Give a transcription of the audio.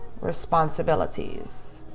responsibilities